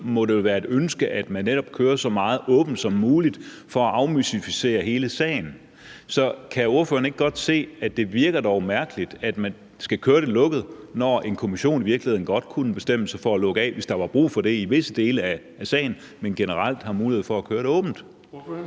må det jo være et ønske, at man netop kører så meget som muligt åbent for at afmystificere hele sagen. Så kan ordføreren ikke godt se, at det dog virker mærkeligt, at man skal køre det lukket, når en kommission i virkeligheden godt kunne bestemme sig for at lukke af, hvis der var brug for det, i visse dele af sagen, men generelt har mulighed for at køre det åbent?